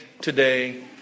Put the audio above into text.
today